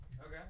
Okay